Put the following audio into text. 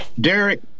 Derek